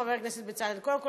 חבר הכנסת בצלאל: קודם כול,